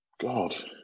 God